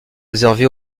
réservé